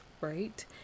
right